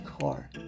car